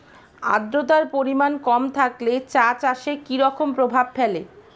আদ্রতার পরিমাণ কম থাকলে চা চাষে কি রকম প্রভাব ফেলে?